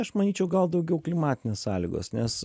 aš manyčiau gal daugiau klimatinės sąlygos nes